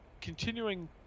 continuing